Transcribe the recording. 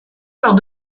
lors